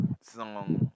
song